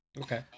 Okay